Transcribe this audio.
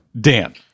dan